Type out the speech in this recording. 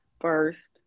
first